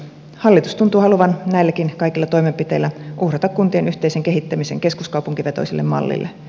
hallitus tuntuu haluavan näilläkin kaikilla toimenpiteillä uhrata kuntien yhteisen kehittämisen keskuskaupunkivetoiselle mallille